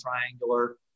triangular